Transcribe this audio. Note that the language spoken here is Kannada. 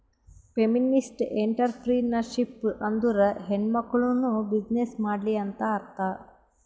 ಫೆಮಿನಿಸ್ಟ್ಎಂಟ್ರರ್ಪ್ರಿನರ್ಶಿಪ್ ಅಂದುರ್ ಹೆಣ್ಮಕುಳ್ನೂ ಬಿಸಿನ್ನೆಸ್ ಮಾಡ್ಲಿ ಅಂತ್ ಅರ್ಥಾ